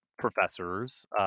professors